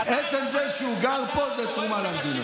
עצם זה שהוא גר פה זה תרומה למדינה.